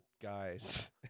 guys